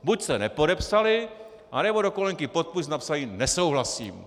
Buď se nepodepsali, anebo do kolonky podpis napsali nesouhlasím.